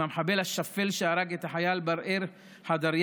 המחבל השפל שהרג את החייל בראל חדריה,